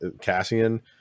Cassian